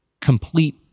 complete